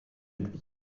lui